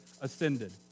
ascended